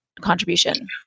Contribution